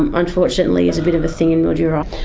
um unfortunately, it's a bit of a thing in mildura.